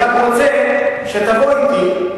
אני רק רוצה שתבוא אתי,